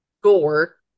gore